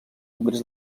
congrés